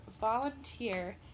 volunteer